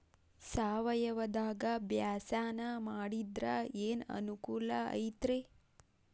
ಸಾವಯವದಾಗಾ ಬ್ಯಾಸಾಯಾ ಮಾಡಿದ್ರ ಏನ್ ಅನುಕೂಲ ಐತ್ರೇ?